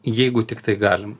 jeigu tiktai galim